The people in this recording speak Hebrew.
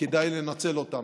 וכדאי לנצל אותן.